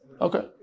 Okay